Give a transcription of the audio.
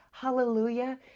Hallelujah